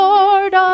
Lord